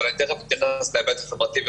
ותכף אני אכנס להיבט הכלכלי והחברתי,